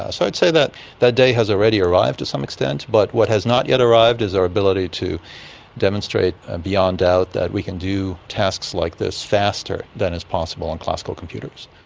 ah so i'd say that that day has already arrived to some extent, but what has not yet arrived is our ability to demonstrate beyond doubt that we can do tasks like this faster than is possible on classical computers.